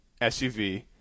SUV